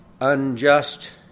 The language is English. unjust